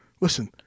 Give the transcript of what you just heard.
Listen